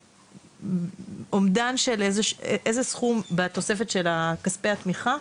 אומדן של איזה סכום בתוספת של כספי התמיכה